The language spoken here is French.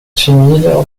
timide